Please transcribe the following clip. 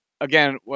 again